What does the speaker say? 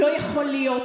לא יכול להיות,